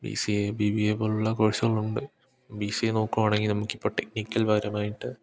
B C A B B A പോലുള്ള കോഴ്സുകളുണ്ട് B C A നോക്കുവാണെങ്കിൽ നമുക്ക് ഇപ്പം ടെക്നിക്കൽ പരമായിട്ട്